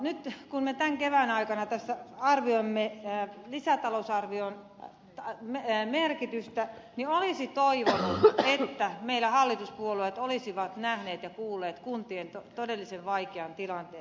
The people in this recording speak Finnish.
nyt kun me tämän kevään aikana tässä arvioimme lisätalousarvion merkitystä olisi toivonut että meillä hallituspuolueet olisivat nähneet ja kuulleet kuntien todellisen vaikean tilanteen